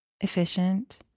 Efficient